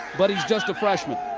but he's just a freshman.